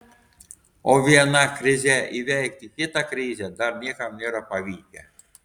o viena krize įveikti kitą krizę dar niekam nėra pavykę